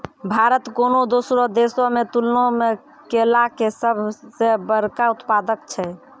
भारत कोनो दोसरो देशो के तुलना मे केला के सभ से बड़का उत्पादक छै